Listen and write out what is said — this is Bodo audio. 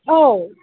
औ